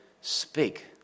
speak